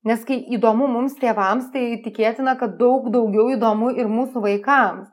nes kai įdomu mums tėvams tai tikėtina kad daug daugiau įdomu ir mūsų vaikams